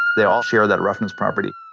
they all share that roughness property